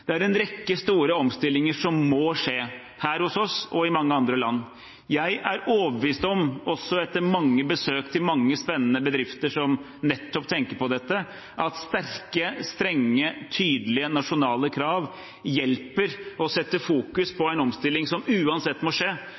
Det er en rekke store omstillinger som må skje her hos oss og i mange andre land. Jeg er overbevist om, også etter besøk til mange spennende bedrifter som nettopp tenker på dette, at sterke, strenge, tydelige nasjonale krav hjelper for å sette fokus på en omstilling som uansett må skje,